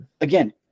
again